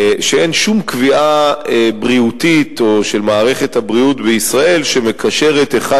שאין שום קביעה בריאותית או של מערכת הבריאות בישראל שמקשרת אחד